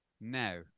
now